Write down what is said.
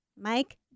Mike